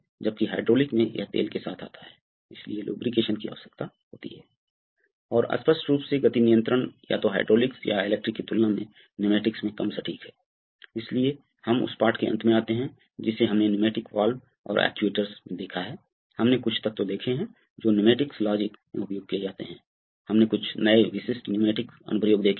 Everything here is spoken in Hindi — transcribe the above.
अतः उदाहरण के लिए मैंने एक दिया है क्या आप उपरोक्त प्रणाली को स्वचालित करने के लिए एक योजना का वर्णन कर सकते हैं जैसे कि जब भी मध्यवर्ती दबाव मोड में दबाव सेटिंग को पार किया जाता है तो सिस्टम स्वचालित रूप से निम्न दबाव मोड में बदल जाएगा पहले यह मैन्युअल रूप से किया जा रहा था